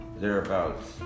thereabouts